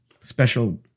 special